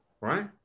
right